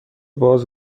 باز